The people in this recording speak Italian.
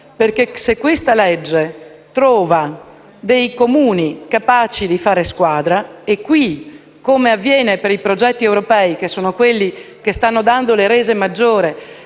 provvedimento trova Comuni capaci di fare squadra - e qui, come avviene per i progetti europei, che sono quelli che stanno dando le rese maggiori,